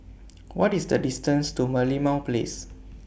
What IS The distance to Merlimau Place